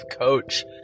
coach